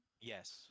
Yes